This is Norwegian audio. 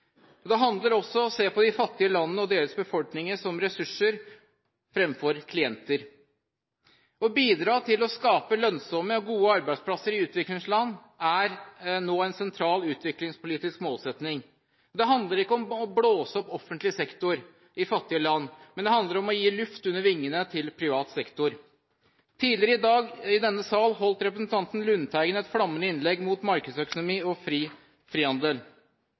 Det handler også om å se på de fattige landene og deres befolkninger som ressurser, framfor klienter. Å bidra til å skape lønnsomme og gode arbeidsplasser i utviklingsland er nå en sentral utviklingspolitisk målsetting. Det handler ikke om å blåse opp offentlig sektor i fattige land, men det handler om å gi luft under vingene til privat sektor. Tidligere i dag, i denne salen, holdt representanten Lundteigen et flammende innlegg mot markedsøkonomi og frihandel.